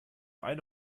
eine